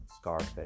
Scarface